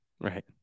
Right